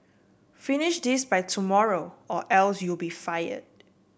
finish this by tomorrow or else you'll be fired